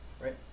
Right